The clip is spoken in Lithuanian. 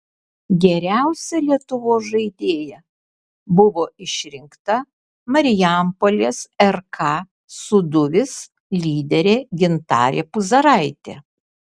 geriausia lietuvos žaidėja buvo išrinkta marijampolės rk sūduvis lyderė gintarė puzaraitė